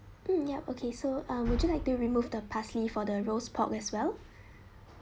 mm yup okay so um would you like to remove the parsley for the roast pork as well